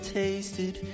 tasted